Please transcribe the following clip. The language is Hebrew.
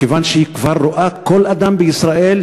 מכיוון שהיא כבר רואה כל אדם בישראל,